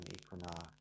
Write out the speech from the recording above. Equinox